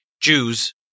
Jews